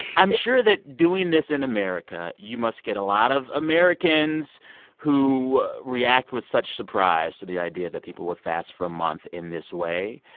i'm sure that doing this in america, you must get a lot of americans who react with such surprise to the idea that people would fast for a month in this way.